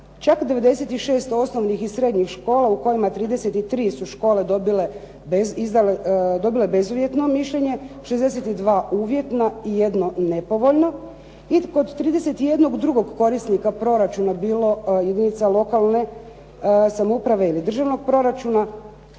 Čak 96 osnovnih i srednjih škola u kojima su 33 dobile bezuvjetno mišljenje 62 uvjetna i jedno nepovoljno. I kod 31 drugog korisnika proračuna bilo jedinica lokalne samouprave ili državnog proračuna,